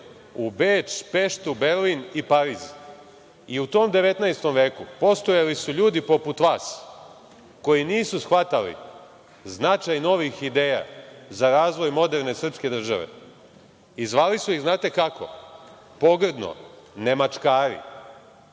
u Beč, Peštu, Berlin i Pariz. I u tom 19. veku postojali su ljudi poput vas koji nisu shvatali značaj novih ideja za razvoj moderne srpske države i zvali su ih, znate kako, pogrdno, „nemačkari“,